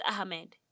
Ahmed